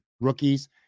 rookies